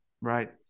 Right